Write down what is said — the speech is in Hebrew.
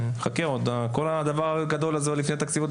וחכה, כל הדבר הגדול הזה עוד לפנינו, לפני תקציב.